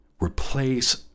replace